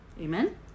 Amen